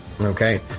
Okay